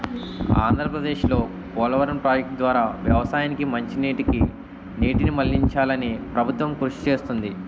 ఆంధ్రప్రదేశ్లో పోలవరం ప్రాజెక్టు ద్వారా వ్యవసాయానికి మంచినీటికి నీటిని మళ్ళించాలని ప్రభుత్వం కృషి చేస్తుంది